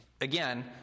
Again